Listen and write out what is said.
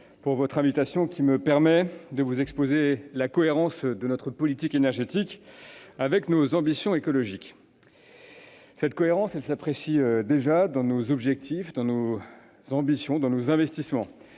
pour votre invitation, qui me permet de vous exposer la cohérence de notre politique énergétique avec nos ambitions écologiques. Cette cohérence s'apprécie déjà dans nos objectifs, nos ambitions et nos investissements.